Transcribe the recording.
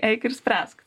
eik ir spręsk